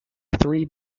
three